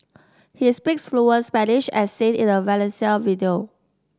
he speaks fluent Spanish as seen in a Valencia video